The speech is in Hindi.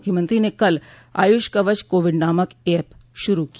मुख्यमंत्री ने कल आय्ष कवच कोविड नामक ऐप शुरू किया